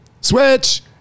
switch